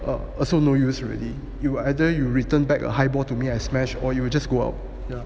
are also no use already you either you return back a high ball to me I smash or you will just go out